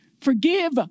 forgive